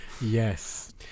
Yes